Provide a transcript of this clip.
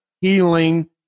healing